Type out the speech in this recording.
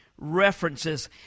references